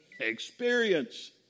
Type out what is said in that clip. Experience